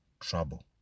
trouble